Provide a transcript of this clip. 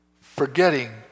forgetting